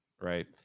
right